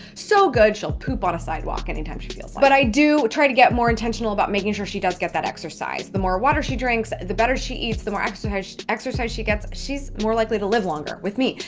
so good she'll poop on a sidewalk anytime she feels like it. but i do try to get more intentional about making sure she does get that exercise. the more water she drinks, the better she eats, the more exercise she exercise she gets, she's more likely to live longer with me.